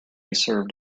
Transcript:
served